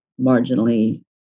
marginally